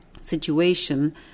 situation